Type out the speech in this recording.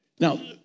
Now